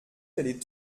d’aller